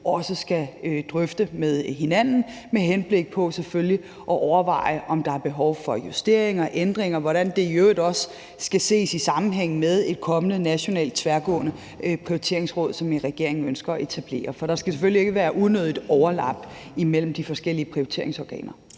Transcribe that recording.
også skal drøfte med hinanden med henblik på, selvfølgelig, at overveje, om der er behov for justeringer, ændringer, og hvordan det i øvrigt også skal ses i sammenhæng med et kommende nationalt og tværgående prioriteringsråd, som vi i regeringen ønsker at etablere. For der skal selvfølgelig ikke være unødigt overlap imellem de forskellige prioriteringsorganer.